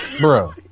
Bro